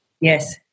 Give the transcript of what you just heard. Yes